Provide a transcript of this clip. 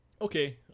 okay